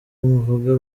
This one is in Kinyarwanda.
muvuga